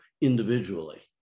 individually